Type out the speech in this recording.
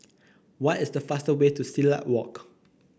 what is the fastest way to Silat Walk